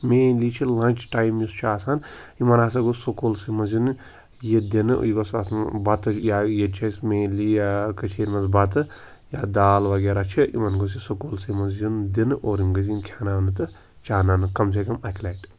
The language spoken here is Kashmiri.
مینلی چھُ لَنچ ٹایم یُس چھُ آسان یِمَن ہَسا گوٚژھ سکوٗلسٕے منٛز یِنہٕ یہِ دِنہٕ یہِ گوٚژھ اَتھ بَتہٕ یا ییٚتہِ چھِ اَسہِ مینلی کٔشیٖر منٛز بَتہٕ یا دال وغیرہ چھِ یِمَن گوٚژھ یہِ سکوٗلسٕے منٛز یُن دِنہٕ اور یِم گٔژھۍ یِنۍ کھٮ۪ناونہٕ تہٕ چاناونہٕ کَم سے کَم اَکہِ لَٹہِ